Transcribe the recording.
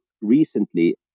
recently